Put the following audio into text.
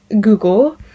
Google